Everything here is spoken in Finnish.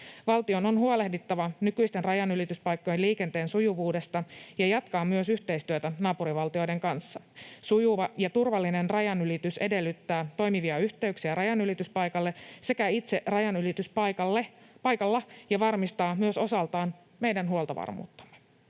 Valtion on huolehdittava nykyisten rajanylityspaikkojen liikenteen sujuvuudesta ja jatkettava myös yhteistyötä naapurivaltioiden kanssa. Sujuva ja turvallinen rajanylitys edellyttää toimivia yhteyksiä rajanylityspaikalle sekä itse rajanylityspaikalla ja varmistaa myös osaltaan meidän huoltovarmuuttamme.